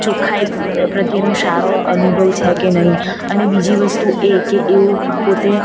ચોખ્ખાઈ પ્રત્યેનું સારો અનુભવ છે કે નહીં અને બીજી વસ્તુ એ કે એઓ પોતે